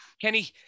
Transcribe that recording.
Kenny